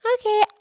Okay